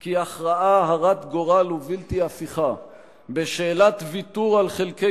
כי הכרעה הרת גורל ובלתי הפיכה בשאלת ויתור על חלקי